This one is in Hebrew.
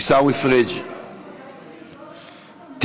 עיסאווי פריג'; טיבייב,